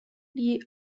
gli